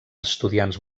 estudiants